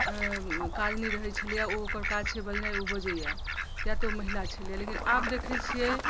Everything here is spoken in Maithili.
काज नहि रहैत छलैए ओ ओकर काज छै बजनाइ ओ बजैए किया तऽ ओ महिला छलै लेकिन आब देखैत छियै